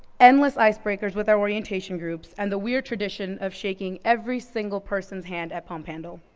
endless icebreakers with our orientation groups, and the weird tradition of shaking every single person's hand at pumphandle.